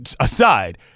aside